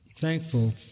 Thankful